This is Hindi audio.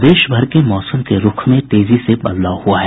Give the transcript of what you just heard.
प्रदेशभर के मौसम के रूख में तेजी से बदलाव हुआ है